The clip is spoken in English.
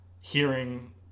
hearing